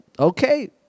Okay